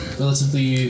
relatively